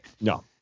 No